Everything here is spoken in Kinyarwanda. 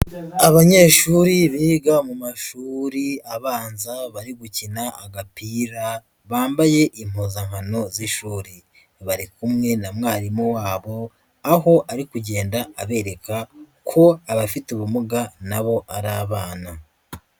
Abanyeshuri biga mu mashuri abanza bari gukina agapira bambaye impuzankano z'ishuri, bari kumwe na mwarimu wabo aho ari kugenda abereka ko abafite ubumuga na bo ari abana.